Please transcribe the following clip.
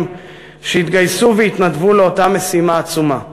שהתגייסו והתנדבו לאותה משימה עצומה.